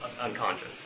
unconscious